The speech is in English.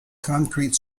concrete